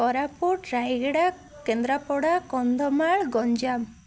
Koraput Rayagada Kendrapara Kandhamal Ganjam